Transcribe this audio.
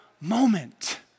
moment